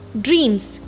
Dreams